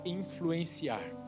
influenciar